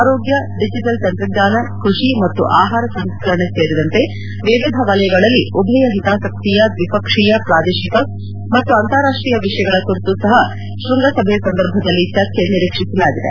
ಆರೋಗ್ಯ ಡಿಜಿಟಲ್ ತಂತ್ರಜ್ಞಾನ ಕೃಷಿ ಮತ್ತು ಆಹಾರ ಸಂಸ್ಕರಣೆ ಸೇರಿದಂತೆ ವಿವಿಧ ವಲಯಗಳಲ್ಲಿ ಉಭಯ ಹಿತಾಸಕ್ತಿಯ ದ್ವಿಪಕ್ಷೀಯ ಪ್ರಾದೇಶಿಕ ಮತ್ತು ಅಂತಾರಾಷ್ಟೀಯ ವಿಷಯಗಳ ಕುರಿತು ಸಹ ಶ್ವಂಗಸಭೆ ಸಂದರ್ಭದಲ್ಲಿ ಚರ್ಚೆ ನಿರೀಕ್ಷಿಸಲಾಗಿದೆ